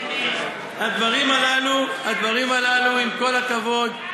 הדברים הללו, הדברים הללו, עם כל הכבוד,